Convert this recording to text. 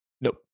Nope